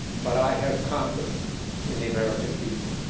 but i have confidence in the american people.